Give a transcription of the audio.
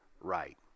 right